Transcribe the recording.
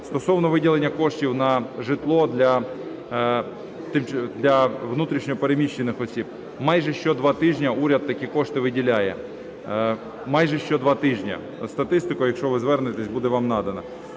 Стосовно виділення коштів на житло для внутрішньо переміщених осіб, майже щодва тижня уряд такі кошти виділяє, майже щодва тижня. Статистика, якщо ви звернетесь, буде вам надана.